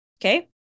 Okay